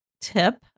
tip